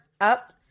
Up